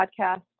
podcast